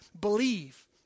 Believe